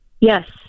Yes